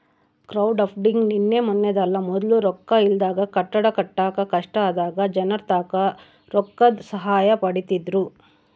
crowdfunding ನಿನ್ನೆ ಮನ್ನೆದಲ್ಲ, ಮೊದ್ಲು ರೊಕ್ಕ ಇಲ್ದಾಗ ಕಟ್ಟಡ ಕಟ್ಟಾಕ ಕಷ್ಟ ಆದಾಗ ಜನರ್ತಾಕ ರೊಕ್ಕುದ್ ಸಹಾಯ ಪಡೀತಿದ್ರು